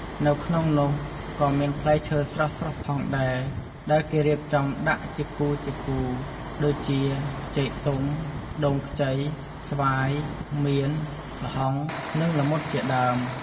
នៅក្នុងនោះក៏មានផ្លែឈើស្រស់ៗផងដែរ ដែលគេរៀបចំដាក់ជាគូៗ ដូចជា ចេកទុំ ដូងខ្ចី ស្វាយ មៀន ល្ហុង និង ល្មុតជាដើម។